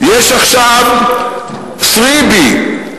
יש עכשיו "three B"